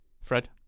fred